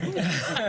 כן.